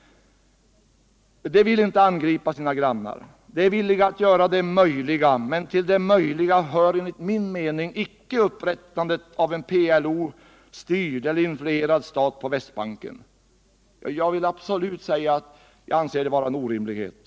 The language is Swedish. Israelerna vill inte angripa sina grannar. De är villiga att göra det möjliga — men till det möjliga hör enligt min mening icke upprättandet av en PLO-styrd eller influerad stat på Västbanken. Jag anser det absolut vara en orimlighet.